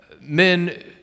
men